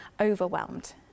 overwhelmed